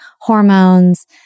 hormones